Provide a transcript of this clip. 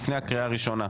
לפני הקריאה הראשונה.